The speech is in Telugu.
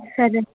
సరే